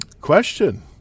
question